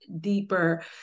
deeper